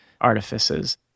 artifices